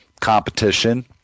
competition